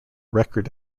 record